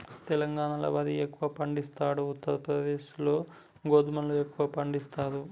తెలంగాణాల వరి ఎక్కువ పండిస్తాండ్రు, ఉత్తర ప్రదేశ్ లో గోధుమలను ఎక్కువ పండిస్తారు